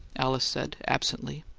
alice said, absently,